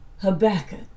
Habakkuk